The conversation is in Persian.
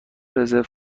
رزرو